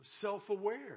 self-aware